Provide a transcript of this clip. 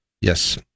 Yes